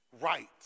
right